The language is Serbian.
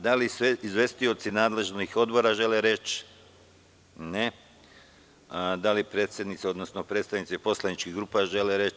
Da li izvestioci nadležnih odbora žele reč? (Ne.) Da li predsednici, odnosno predstavnici poslaničkih grupa žele reč?